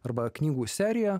arba knygų seriją